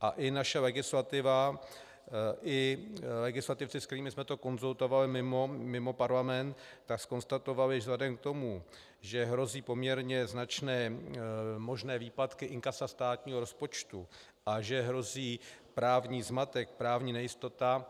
A i naše legislativa i legislativci, se kterými jsme to konzultovali mimo Parlament, zkonstatovali vzhledem k tomu, že hrozí poměrně značné možné výpadky inkasa státního rozpočtu a že hrozí právní zmatek, právní nejistota,